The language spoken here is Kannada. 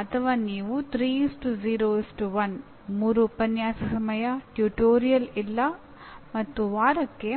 ಅಥವಾ ನೀವು 3 0 1 3 ಉಪನ್ಯಾಸ ಸಮಯ ಟ್ಯುಟೋರಿಯಲ್ ಇಲ್ಲ ಮತ್ತು ವಾರಕ್ಕೆ